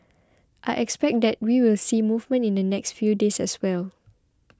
I expect that we will see movement in the next few days as well